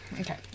Okay